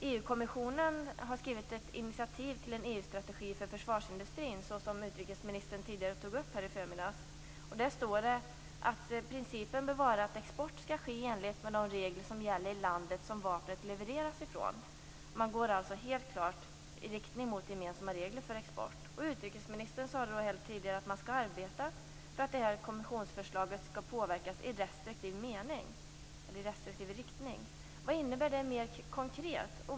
EU-kommissionen har tagit ett initiativ till en EU strategi för försvarsindustrin, som utrikesministern tidigare tog upp här. Där står det att principen bör vara att export skall ske i enlighet med de regler som gäller i landet som vapnet levereras ifrån. Man går alltså helt klart i riktning mot gemensamma regler för export. Utrikesministern sade här tidigare att man skall arbeta för att kommissionens förslag skall påverkas i restriktiv riktning. Vad innebär det mer konkret?